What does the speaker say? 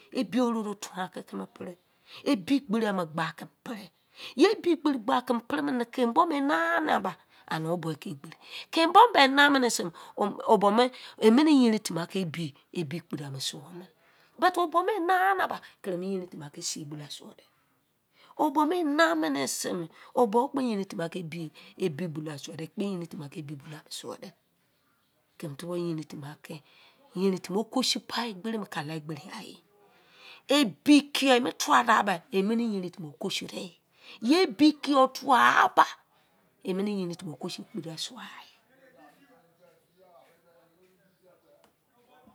Ebi orọrọ tun akẹ kẹmẹ pre ebi egberi ama gba kẹmẹ prẹ yẹ ebi egberi gba kẹmẹ prẹ mẹnẹ bọ mẹ nạu na ba a ne ọ bọ kẹ egberi kẹmẹ bo ba nau mẹ ne sẹ o bọ mẹ emẹnẹ yerin ti mi akẹ ebi. Ebi egberi amu suo mẹnẹ but ọ bọ me nau baba kẹrẹ mu yẹrin timi sei bulou suwọ dẹ o bọ me nau mẹnẹ sẹ ọ ba kpọ yerin timi ebi bulo suwodẹ kẹmẹ tubọ yerin tẹ bẹ a kẹ timi okosu pa egberi mẹ kala egberi ai. Ebi kiyọụ e mu tuwa da ba emẹnẹ yerin tẹ be okọsụdẹyẹ iyẹ ebi kiyọu tuwa ba emẹnẹ yerin timi okosu ekputụ asuo ai.